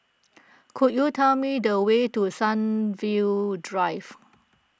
could you tell me the way to Sunview Drive